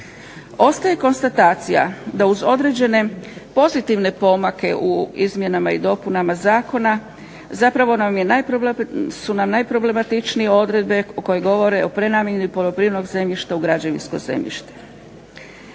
Ostaje konstatacija da uz određene pozitivne pomake u izmjenama i dopunama zakona zapravo su nam najproblematičnije odredbe koje govore o prenamjeni poljoprivrednog zemljišta u građevinsko zemljište.